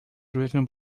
written